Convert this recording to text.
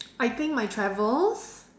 I think my travels